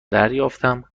دریافتم